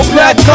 Black